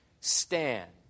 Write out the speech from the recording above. stand